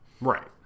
right